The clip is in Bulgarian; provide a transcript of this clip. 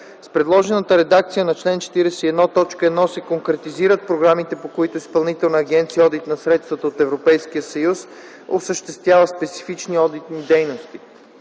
С предложената редакция на чл. 41, т. 1 се конкретизират програмите, по които Изпълнителна агенция „Одит на средствата от Европейския съюз” осъществява специфични одитни дейности.